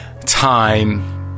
time